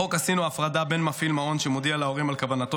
בחוק עשינו הפרדה בין מפעיל מעון שמודיע להורים על כוונתו